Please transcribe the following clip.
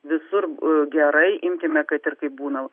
visur gerai imkime kad ir kaip būna